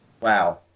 wow